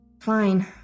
Fine